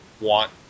want